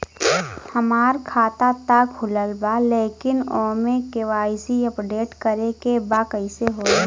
हमार खाता ता खुलल बा लेकिन ओमे के.वाइ.सी अपडेट करे के बा कइसे होई?